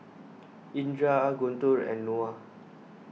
Indra Guntur and Noah